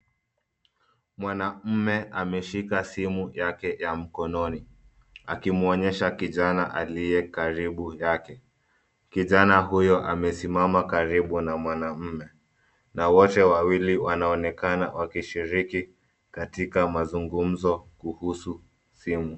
Mwanaume ameshika simu yake ya mkononi akimwonyesha kijana aliyekaribu yake. Kijana huyo amesimama karibu na mwanaume na wote wawili wanaonekana wakishiriki katika mazungumzo kuhusu simu.